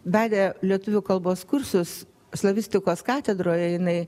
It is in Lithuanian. vedė lietuvių kalbos kursus slavistikos katedroje jinai